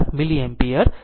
04 milliampere છે